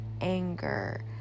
anger